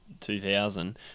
2000